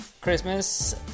Christmas